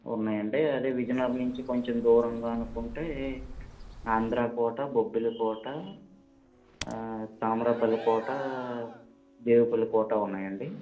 ఉన్నాయి అండి అదే విజయనగరం నుంచి కొంచెం దూరంగా అనుకుంటే ఆంధ్ర కోట బొబ్బిలి కోట తామరపల్లి కోట దేవుపల్లి కోట ఉన్నాయి అండి